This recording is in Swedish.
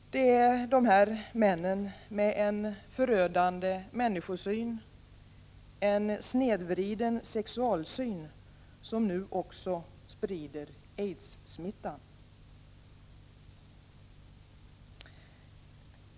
Det är dessa män med en förödande människosyn och en snedvriden sexualsyn som nu också sprider aidssmittan.